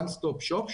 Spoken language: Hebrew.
one stop shop,